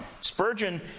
Spurgeon